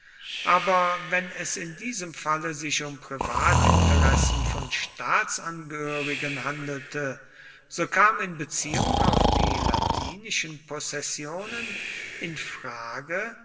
aber wenn es in diesem falle sich um privatinteressen von staatsangehörigen handelte so kam in beziehung auf die latinischen possessionen in frage